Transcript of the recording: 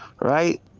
Right